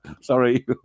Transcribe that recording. Sorry